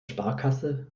sparkasse